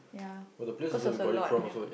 ya cause was a lot and then